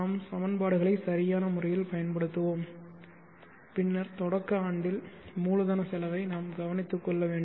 நாம் சமன்பாடுகளை சரியான முறையில் பயன்படுத்துவோம் பின்னர் தொடக்க ஆண்டில் மூலதன செலவை நாம் கவனித்துக் கொள்ள வேண்டும்